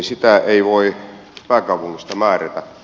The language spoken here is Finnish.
sitä ei voi pääkaupungista määrätä